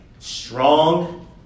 strong